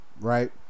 Right